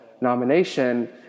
nomination